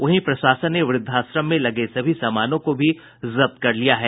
वहीं प्रशासन ने वृद्वाश्रम में लगे सभी सामानों को भी जब्त कर लिया है